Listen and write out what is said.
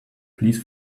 please